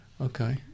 Okay